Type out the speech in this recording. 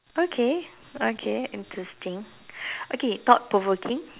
okay okay interesting okay thought provoking